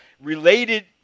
related